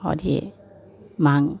और यह माँग